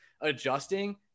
adjusting